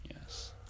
Yes